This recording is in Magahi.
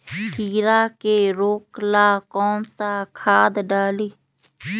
कीड़ा के रोक ला कौन सा खाद्य डाली?